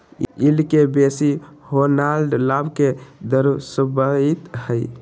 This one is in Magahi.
यील्ड के बेशी होनाइ लाभ के दरश्बइत हइ